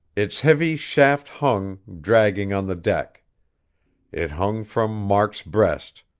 its heavy shaft hung, dragging on the deck it hung from mark's breast,